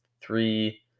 three